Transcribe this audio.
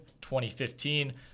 2015